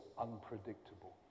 unpredictable